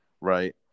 right